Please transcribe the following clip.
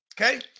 Okay